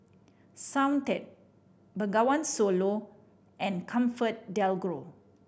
Soundteoh Bengawan Solo and ComfortDelGro